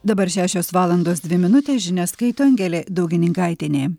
dabar šešios valandos dvi minutės žinias skaito angelė daugininkaitienė